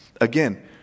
Again